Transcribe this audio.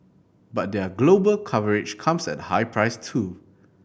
but their global coverage comes at a high price too